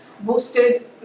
boosted